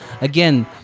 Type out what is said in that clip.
Again